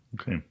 okay